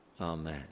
Amen